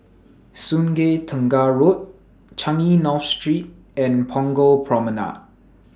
Sungei Tengah Road Changi North Street and Punggol Promenade